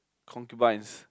concubines